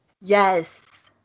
yes